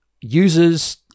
users